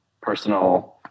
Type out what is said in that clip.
personal